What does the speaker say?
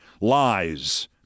Lies